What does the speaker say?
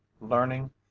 learning